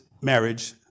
marriage